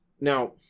Now